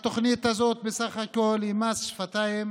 התוכנית הזאת היא בסך הכול מס שפתיים,